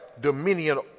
dominion